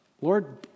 Lord